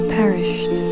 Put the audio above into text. perished